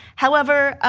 however,